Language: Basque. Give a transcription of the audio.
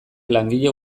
langile